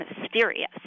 mysterious